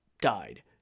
died